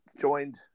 joined